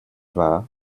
wahr